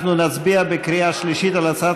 אנחנו נצביע בקריאה שלישית על הצעת